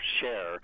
share